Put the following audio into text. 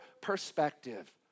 perspective